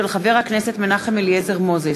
הצעה לסדר-היום של חבר הכנסת מנחם אליעזר מוזס,